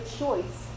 choice